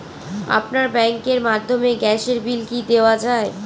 আপনার ব্যাংকের মাধ্যমে গ্যাসের বিল কি দেওয়া য়ায়?